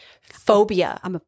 phobia